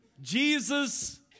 jesus